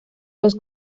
los